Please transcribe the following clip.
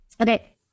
Okay